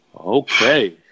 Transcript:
Okay